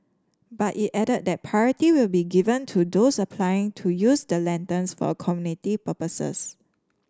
but it added that priority will be given to those applying to use the lanterns for community purposes